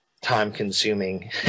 time-consuming